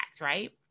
right